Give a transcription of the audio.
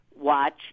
watch